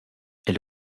elle